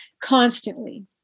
constantly